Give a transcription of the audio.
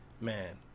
man